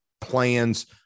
plans